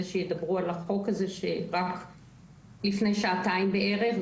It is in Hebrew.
שידברו על החוק הזה רק לפני שעתיים בערך,